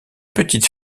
petites